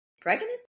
Pregnant